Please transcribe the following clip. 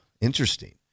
interesting